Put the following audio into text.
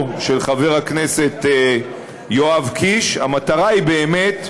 של חבר הכנסת יואב קיש המטרה היא באמת,